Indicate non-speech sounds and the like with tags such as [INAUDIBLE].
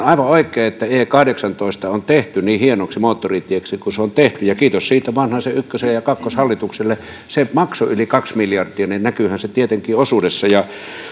[UNINTELLIGIBLE] aivan oikein että e kahdeksantoista on tehty niin hienoksi moottoritieksi kuin se on tehty ja kiitos siitä vanhasen ykkös ja kakkoshallitukselle se maksoi yli kaksi miljardia niin että näkyyhän se tietenkin osuudessa